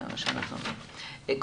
בהצלחה.